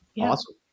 Awesome